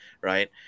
right